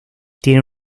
tiene